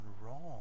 wrong